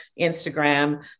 Instagram